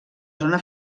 zona